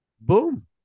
Boom